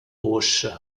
auch